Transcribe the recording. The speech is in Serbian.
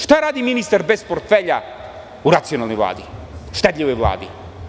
Šta radi ministar bez portfelja u racionalnoj vladi, štedljivoj vladi.